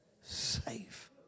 safe